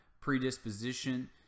predisposition